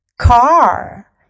Car